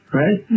right